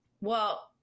well-